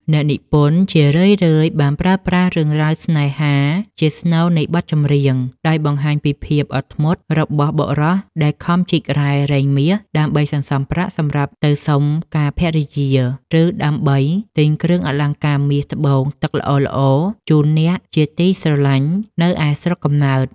អ្នកនិពន្ធជារឿយៗបានប្រើប្រាស់រឿងរ៉ាវស្នេហាជាស្នូលនៃបទចម្រៀង ដោយបង្ហាញពីភាពអត់ធ្មត់របស់បុរសដែលខំជីករ៉ែរែងមាសដើម្បីសន្សំប្រាក់សម្រាប់ទៅសុំការភរិយា ឬដើម្បីទិញគ្រឿងអលង្ការមាសត្បូងទឹកល្អៗជូនអ្នកជាទីស្រឡាញ់នៅឯស្រុកកំណើត។